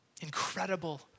Incredible